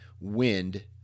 wind